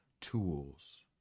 tools